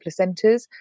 placentas